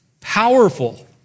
Powerful